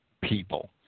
people